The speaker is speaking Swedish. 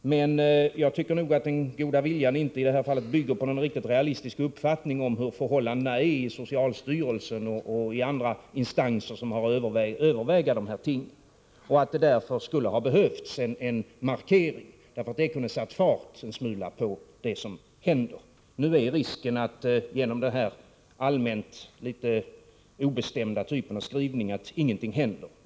Jag tycker emellertid att den goda viljan i detta fall inte bygger på någon realistisk uppfattning om hur förhållandena är i socialstyrelsen och i andra instanser som har att överväga dessa ting. Därför skulle det ha behövts en markering. Det kunde ha satt fart på det hela en smula. Nu är risken att ingenting händer genom denna litet obestämda skrivning.